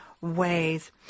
ways